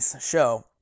Show